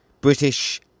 British